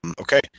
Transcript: Okay